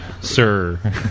sir